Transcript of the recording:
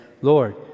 Lord